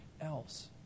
Else